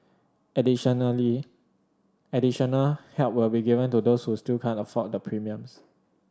additionally additional help will be given to those who still can't afford the premiums